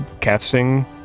casting